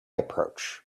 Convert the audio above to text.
approach